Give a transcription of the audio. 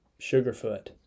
Sugarfoot